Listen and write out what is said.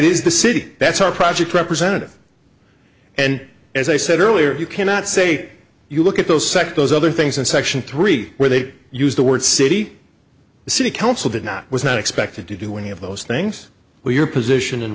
is the city that's our project representative and as i said earlier you cannot say you look at those sectors other things in section three where they use the word city the city council did not was not expected to do any of those things where your position